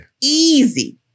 Easy